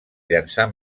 llençar